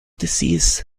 disease